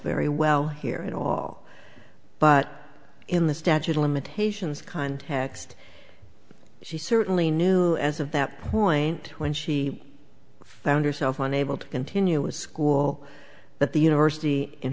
very well here at all but in the statute of limitations kind hexed she certainly knew as of that point when she found herself unable to continue with school but the university in